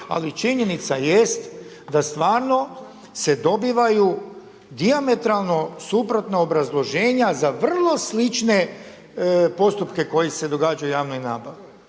Ali činjenica jest da stvarno se dobivaju dijametralno suprotna obrazloženja za vrlo slične postupke koji se događaju u javnoj nabavi.